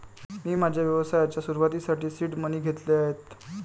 मी माझ्या व्यवसायाच्या सुरुवातीसाठी सीड मनी घेतले आहेत